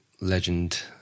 legend